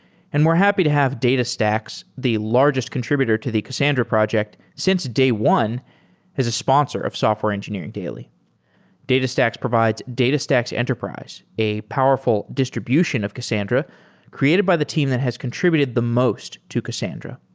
and we're happy to have datastax, the largest contributed to the cassandra project since day one as a sponsor of software engineering daily datastax provides datastax enterprise, a powerful distribution of cassandra created by the team that has contributed the most to cassandra.